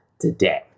today